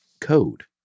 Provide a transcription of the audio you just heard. Code